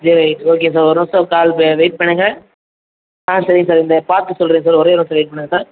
zero eight okay sir ஒரு நிமிஷம் call வெ வெயிட் பண்ணுங்கள் ஆ சரிங்க சார் இந்த பார்த்து சொல்கிறேன் சார் ஒரே ஒரு நிமிஷம் வெயிட் பண்ணுங்கள் சார்